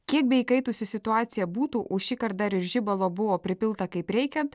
kiek beįkaitusi situacija būtų o šįkart dar ir žibalo buvo pripilta kaip reikiant